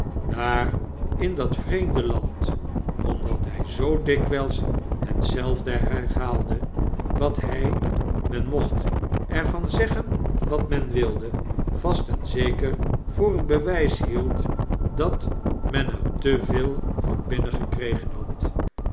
daar in dat vreemde land omdat hfl zoo dikwijls hetzelfde herhaalde wat hy menmochtervan zeggen wat men wilde vast en zeker voor een bewp hield dat men er te veel van binnengekregen had